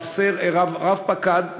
רב-פקד,